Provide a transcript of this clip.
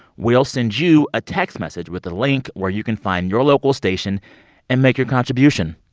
we'll send you a text message with a link where you can find your local station and make your contribution.